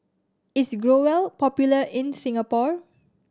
is Growell popular in Singapore